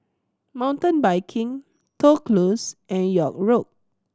Mountain Biking Toh Close and York Road